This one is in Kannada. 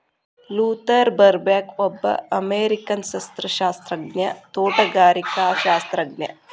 ಲೂಥರ್ ಬರ್ಬ್ಯಾಂಕ್ಒಬ್ಬ ಅಮೇರಿಕನ್ಸಸ್ಯಶಾಸ್ತ್ರಜ್ಞ, ತೋಟಗಾರಿಕಾಶಾಸ್ತ್ರಜ್ಞ